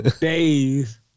Days